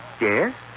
Yes